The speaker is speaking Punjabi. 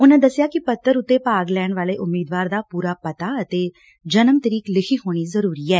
ਉਨਾਂ ਦਸਿਆ ਕਿ ਪੱਤਰ ਤੇ ਭਾਗ ਲੈਣ ਵਾਲੇ ਉਮੀਦਵਾਰ ਦਾ ਪੁਰਾ ਪਤਾ ਅਤੇ ਜਨਮ ਤਰੀਕ ਲਿਖੀ ਹੋਣੀ ਜ਼ਰੁਰੀ ਐ